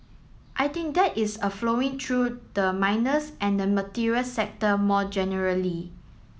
I think that is a flowing through the miners and the materials sector more generally